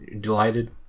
Delighted